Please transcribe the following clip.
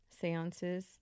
seances